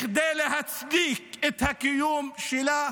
כדי להצדיק את הקיום שלה,